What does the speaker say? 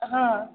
ಹಾಂ